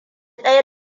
ɗaya